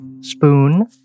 spoon